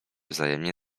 wzajemnie